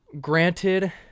Granted